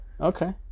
Okay